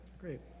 Great